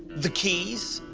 the keys.